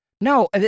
No